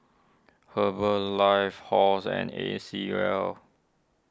Herbalife Halls and A C Well